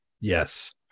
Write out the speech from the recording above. Yes